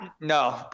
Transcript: No